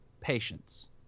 patience